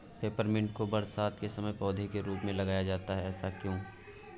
Peppermint को बरसात के समय पौधे के रूप में लगाया जाता है ऐसा क्यो?